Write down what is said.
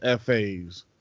FAs